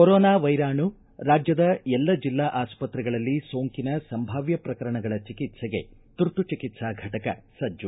corona ವೈರಾಣು ರಾಜ್ಯದ ಎಲ್ಲ ಜಿಲ್ಲಾ ಆಸ್ಪತ್ರೆಗಳಲ್ಲಿ ಸೋಂಕಿನ ಸಂಭಾವ್ದ ಪ್ರಕರಣಗಳ ಚಿಕಿಸ್ಸೆಗೆ ತುರ್ತು ಚಿಕಿತ್ಸಾ ಫಟಕ ಸಜ್ಜು